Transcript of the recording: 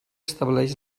estableix